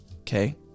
Okay